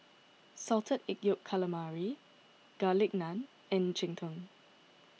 Salted Egg Yolk Calamari Garlic Naan and Cheng Tng